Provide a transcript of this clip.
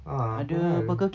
ah apa hal